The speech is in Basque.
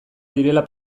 direla